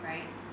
right